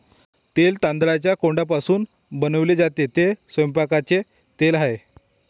तेल तांदळाच्या कोंडापासून बनवले जाते, ते स्वयंपाकाचे तेल आहे